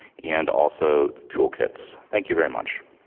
and also toolkits. thank you very much.